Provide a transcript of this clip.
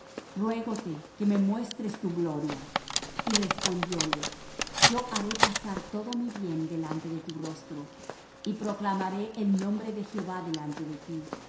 dijo ruégote que me muestres tu gloria y respondióle yo haré pasar todo mi bien delante de tu rostro y proclamaré el nombre de jehová delante de ti